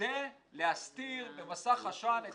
כדי להסתיר במסך עשן את